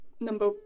number